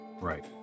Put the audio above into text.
Right